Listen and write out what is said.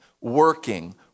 working